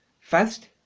First